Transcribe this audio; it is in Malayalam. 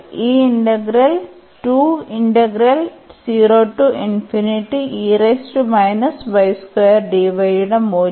ഈ ഇന്റഗ്രൽ യുടെ മൂല്യം